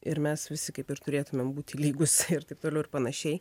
ir mes visi kaip ir turėtumėm būti lygūs ir taip toliau ir panašiai